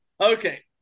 Okay